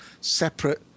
separate